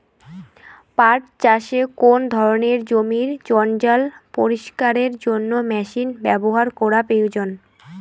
পাট চাষে কোন ধরনের জমির জঞ্জাল পরিষ্কারের জন্য মেশিন ব্যবহার করা প্রয়োজন?